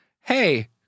hey